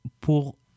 pour